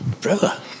Brother